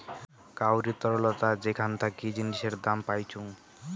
কাউরি তরলতা যেখান থাকি জিনিসের দাম পাইচুঙ